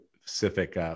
specific